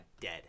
dead